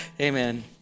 Amen